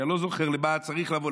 כי אני לא זוכר למה היה צריך לבוא,